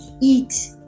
eat